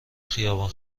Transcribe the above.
خیابان